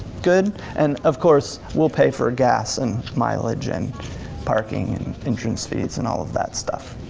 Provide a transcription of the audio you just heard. good? and of course, we'll pay for gas and mileage and parking and entrance fees and all of that stuff,